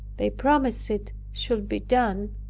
they promised it should be done,